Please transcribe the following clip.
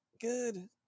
good